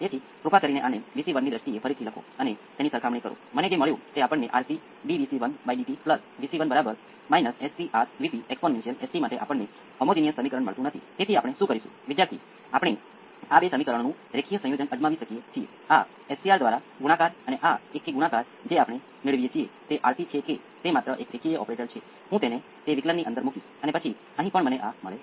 તેથી પ્રથમમાંથી આપણને Vc ઓફ 0 જે A 1 મળશે અને બીજામાંથી આપણને I L ઓફ 0 જે c × A 1 p 1 A 2 મેળવીશું આપણી પાસે બે સમીકરણો અને બે અજ્ઞાત છે અને આપણે A 1 અને A 2 બંને શોધી શકીએ છીએ